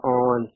on